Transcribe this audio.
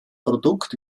produkt